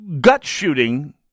gut-shooting